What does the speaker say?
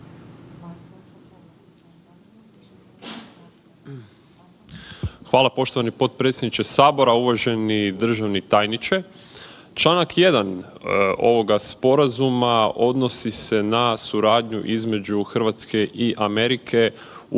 Hvala poštovani potpredsjedniče Sabora. Uvaženi državni tajniče. Članak 1. Ovoga sporazuma odnosi se na suradnju između Hrvatske i Amerike u